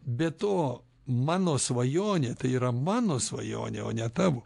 be to mano svajonė tai yra mano svajonė o ne tavo